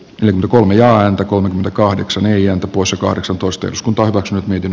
lentokone ja entä kun kahdeksan neljä usa kahdeksantoista kun päätökset miten